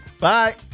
Bye